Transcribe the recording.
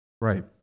Right